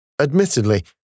Admittedly